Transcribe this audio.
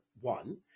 one